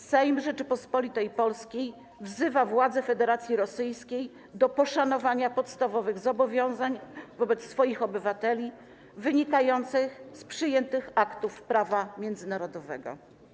Sejm Rzeczypospolitej Polskiej wzywa władze Federacji Rosyjskiej do poszanowania podstawowych zobowiązań wobec swoich obywateli wynikających z przyjętych aktów prawa międzynarodowego.